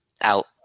Out